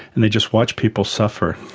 and they just watch people suffer.